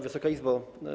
Wysoka Izbo!